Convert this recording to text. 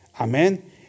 Amen